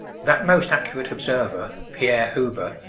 that most accurate observer, pierre huber,